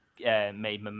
made